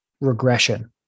Regression